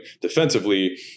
defensively